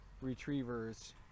retrievers